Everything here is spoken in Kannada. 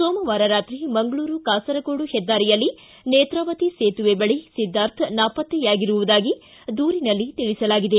ಸೋಮವಾರ ರಾತ್ರಿ ಮಂಗಳೂರು ಕಾಸರಗೋಡು ಹೆದ್ದಾರಿಯಲ್ಲಿ ನೇತ್ರಾವತಿ ಸೇತುವೆ ಬಳಿ ಸಿದ್ದಾರ್ಥ ನಾಪತ್ತೆಯಾಗಿರುವುದಾಗಿ ದೂರಿನಲ್ಲಿ ತಿಳಿಸಲಾಗಿದೆ